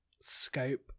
scope